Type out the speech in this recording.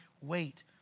wait